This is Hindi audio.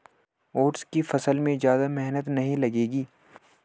ओट्स की फसल में ज्यादा मेहनत नहीं लगेगी